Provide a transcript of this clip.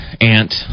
aunt